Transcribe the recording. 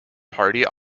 party